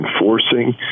enforcing